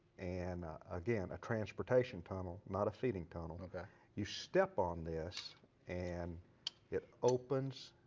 and again, a transportation tunnel, not a feeding tunnel. you step on this and it opens.